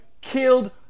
killed